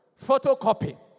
Photocopy